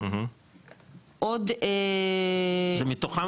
עוד --- זה מתוכם,